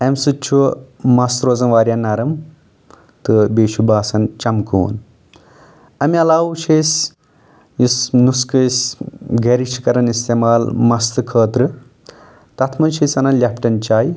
اَمہِ سۭتۍ چھُ مس روزان واریاہ نرم تہٕ بیٚیہِ چھُ باسان چمکوُن اَمہِ علاوٕ چھِ أسۍ یُس نۅسخہٕ أسۍ گرِ چھِ کَران اِستعمال مستہٕ خٲطرٕتتھ منٛز چھِ أسۍ اَنان لیپٹن چاے